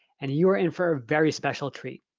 and you are in for a very special treat.